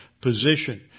position